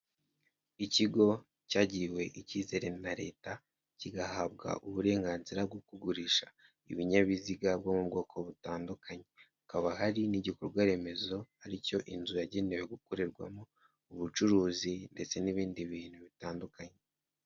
Ikigo cyagiriwe icyizere na leta kigahabwa uburenganzira bwo kugurisha ibinyabiziga byo mu bwoko butandukanye. Hakaba hari n'igikorwaremezo aricyo inzu yagenewe gukorerwamo ubucuruzi ndetse n'ibindi bintu bitandukanye.